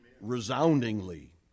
resoundingly